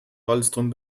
wallström